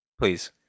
Please